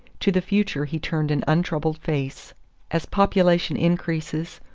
to the future he turned an untroubled face as population increases,